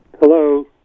Hello